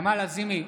לזימי?